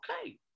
okay